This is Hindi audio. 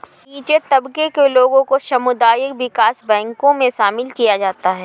नीचे तबके के लोगों को सामुदायिक विकास बैंकों मे शामिल किया जाता है